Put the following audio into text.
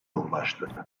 ulaştı